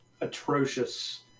atrocious